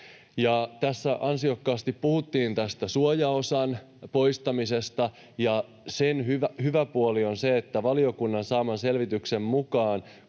Tässä ansiokkaasti puhuttiin tästä suojaosan poistamisesta, ja sen hyvä puoli on valiokunnan saaman selvityksen mukaan